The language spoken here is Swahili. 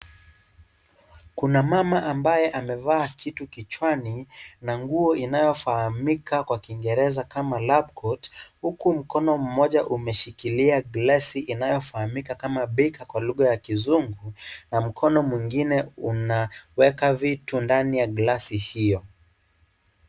Kuna mama ambaye amevaa kitu kichwani, na nguo inayo fahamika kwa kiingereza kama (cs)labcoat(cs), huku mkono mmoja umeshikilia glesi inayo fahamika kama (cs) beika(cs), kwa lugha ya kizungu, na mkono mwingine una, weka vitu ndani ya glasi hio.